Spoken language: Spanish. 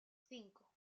cinco